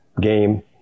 game